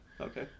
Okay